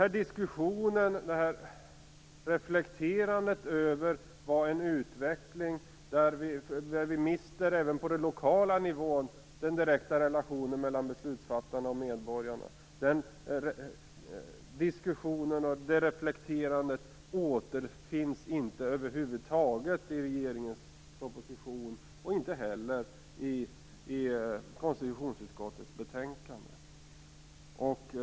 Men diskussionen och reflekterandet över en utveckling där vi även på den lokala nivån mister den direkta relationen mellan beslutsfattarna och medborgarna återfinns över huvud taget inte i regeringens proposition eller i konstitutionsutskottets betänkande.